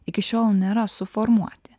iki šiol nėra suformuoti